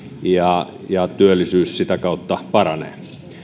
ja ja työllisyys sitä kautta paranee